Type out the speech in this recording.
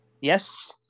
yes